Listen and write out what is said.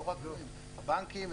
הבנקים,